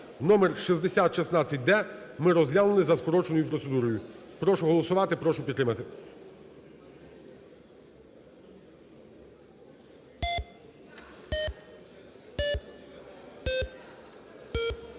(№ 6016-д) ми розглянули за скороченою процедурою. Прошу голосувати, прошу підтримати. 12:45:42